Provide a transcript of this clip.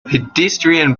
pedestrian